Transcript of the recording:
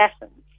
lessons